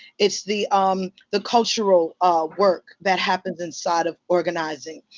it's the um the cultural work. that happens inside of organizing.